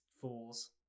fools